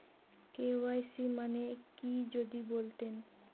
KYC মানে কি যদি বলতেন?